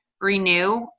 renew